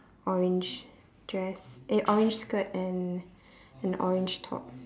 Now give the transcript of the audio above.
orange dress eh orange skirt and and orange top